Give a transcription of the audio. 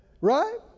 Right